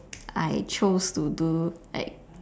I chose to do like